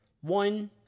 One